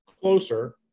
Closer